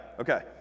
okay